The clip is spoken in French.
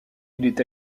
est